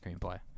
screenplay